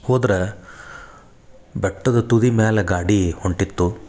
ಹೋದ್ರ ಬೆಟ್ಟದ ತುದಿ ಮ್ಯಾಲ ಗಾಡಿ ಹೊಂಟಿತ್ತು